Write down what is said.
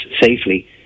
safely